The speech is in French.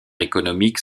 économique